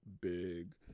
big